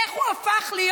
איך הוא הפך להיות,